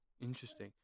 interesting